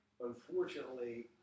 Unfortunately